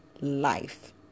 life